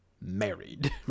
Married